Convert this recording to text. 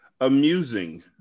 amusing